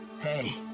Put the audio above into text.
hey